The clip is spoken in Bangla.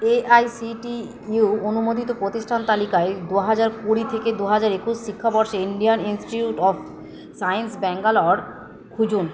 এআইসিটিইউ অনুমোদিত প্রতিষ্ঠান তালিকায় দু হাজার কুড়ি থেকে দু হাজার একুশ শিক্ষাবর্ষে Indian Institute of Science Bangalore খুঁজুন